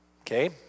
Okay